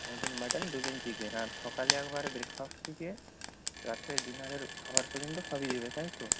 একদিন মাটন দু দিন চিকেন আর সকালে একবারে ব্রেকফাস্ট থেকে রাত্রে ডিনারের খাবার পর্যন্ত সবই দেবে তাই তো